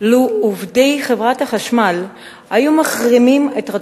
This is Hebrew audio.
לו החרימו עובדי חברת החשמל את רצועת-עזה,